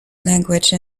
language